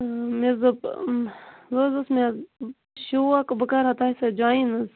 مےٚ حظ دوٚپ ونۍ حظ اوس مےٚ شوق بہٕ کرہہَ تۄہہِ سۭتۍ جۄین حظ